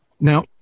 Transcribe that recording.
Now